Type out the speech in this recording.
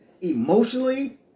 Emotionally